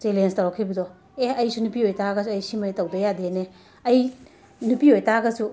challenge ꯇꯧꯔꯛꯈꯤꯕꯗꯣ ꯑꯦ ꯑꯩꯁꯨ ꯅꯨꯄꯤ ꯑꯣꯏ ꯇꯥꯔꯒꯁꯨ ꯑꯩ ꯁꯤꯃ ꯇꯧꯗꯕ ꯌꯥꯗꯦꯅꯦ ꯑꯩ ꯅꯨꯄꯤ ꯑꯣꯏ ꯇꯥꯔꯒꯁꯨ